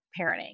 parenting